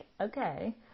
okay